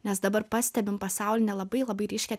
nes dabar pastebim pasaulinę labai labai ryškią